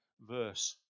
verse